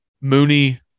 Mooney